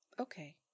Okay